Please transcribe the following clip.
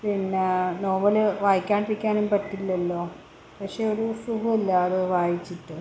പിന്നെ നോവല് വായിക്കാണ്ടിരിക്കാനും പറ്റില്ലല്ലോ പക്ഷേ ഒരു സുഖമില്ല അത് വായിച്ചിട്ട്